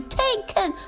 taken